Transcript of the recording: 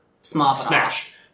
smash